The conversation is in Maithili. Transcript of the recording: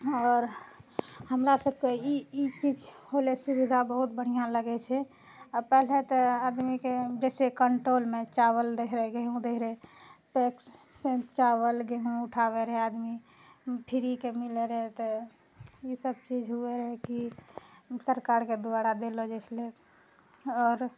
आओर हमरा सभके ई ई चीज होलै सुविधा बहुत बढ़िआँ लगै छै आ पहिले तऽ आदमीके बेसी कन्ट्रोलमे चावल दए रहए गेहूँ दए रहए टैक्ससे चावल गेहूँ उठाबै रहए आदमी फिरीके मिलै रहै तऽ ई सभ चीज हुए रहै कि सरकारके द्वारा देलो जाइ छलै आओर